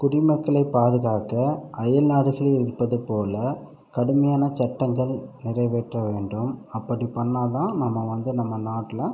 குடிமக்களை பாதுகாக்க அயல் நாடுகளில் இருப்பது போல் கடுமையான சட்டங்கள் நிறைவேற்ற வேண்டும் அப்படி பண்ணா தான் நம்ம வந்து நம்ம நாட்டில்